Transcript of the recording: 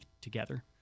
together